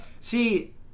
See